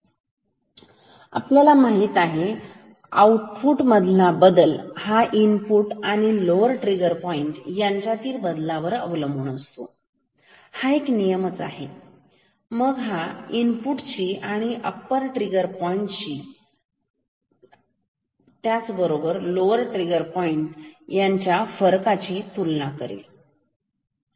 तर आता आपल्याला माहित आहे आउटपुट मधला बदल हा इनपुट आणि लोवर ट्रीगर पॉईंट यांच्यातील फरक यावर अवलंबून असतो तर हा एक नियमच आहे मग हा इनपुट ची आणि अप्पर ट्रिगर पॉईंट आणि लोवर ट्रिगर पॉईंट यांच्याबरोबर तुलना करत राहील